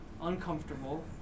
uncomfortable